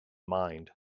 mind